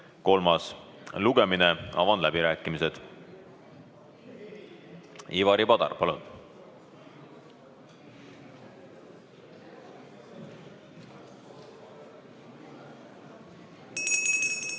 kolmas lugemine. Avan läbirääkimised. Ivari Padar, palun!